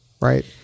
right